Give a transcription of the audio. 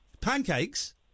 Pancakes